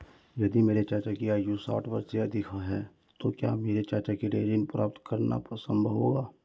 यदि मेरे चाचा की आयु साठ वर्ष से अधिक है तो क्या मेरे चाचा के लिए ऋण प्राप्त करना संभव होगा?